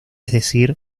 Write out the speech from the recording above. sin